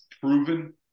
proven